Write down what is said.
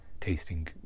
tasting